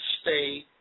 stay